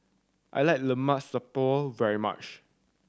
I like Lemak Siput very much